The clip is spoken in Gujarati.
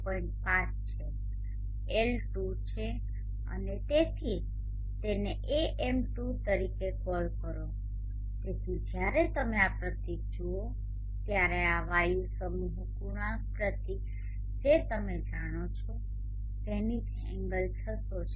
5 છે એલ 2 છે અને તેથી જ તેને AM2 તરીકે કોલ કરો તેથી જ્યારે તમે આ પ્રતીક જુઓ ત્યારે આ વાયુ સમૂહ ગુણાંક પ્રતીક જે તમે જાણો છો ઝેનિથ એંગલ 600 છે